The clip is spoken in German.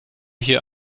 hier